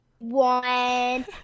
one